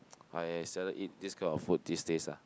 I seldom eat this kind of food these days ah